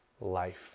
life